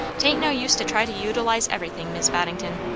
tain't no use to try to utilize everything, mis' boddington.